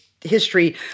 history